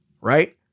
right